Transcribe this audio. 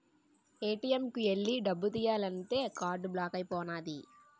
ATM కు ఎల్లి డబ్బు తియ్యాలంతే కార్డు బ్లాక్ అయిపోనాది